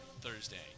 Thursday